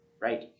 right